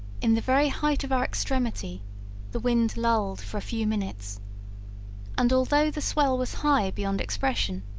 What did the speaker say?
in the very height of our extremity the wind lulled for a few minutes and, although the swell was high beyond expression,